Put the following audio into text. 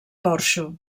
porxo